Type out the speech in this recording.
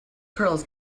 curls